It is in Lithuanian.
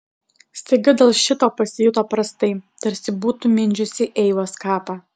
staiga dėl šito pasijuto prastai tarsi būtų mindžiusi eivos kapą